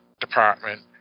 department